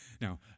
Now